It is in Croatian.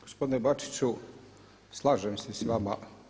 Gospodine Bačiću, slažem se s vama.